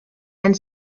and